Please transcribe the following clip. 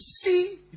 see